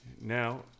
Now